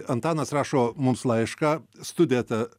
antanas rašo mums laišką studija eta